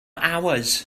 hours